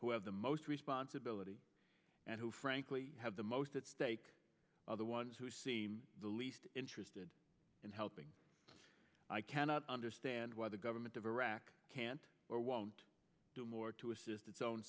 who have the most responsibility and who frankly have the most at stake other ones who seem the least interested in helping i cannot understand why the government of iraq can't or won't do more to assist its own